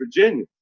Virginia